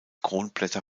kronblätter